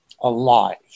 alive